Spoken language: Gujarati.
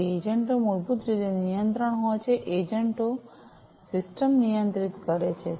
તેથી એજન્ટો મૂળભૂત રીતે નિયંત્રણ હોય છે એજન્ટો સિસ્ટમ નિયંત્રિત કરે છે